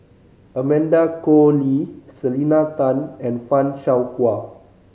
Amanda Koe Lee Selena Tan and Fan Shao Hua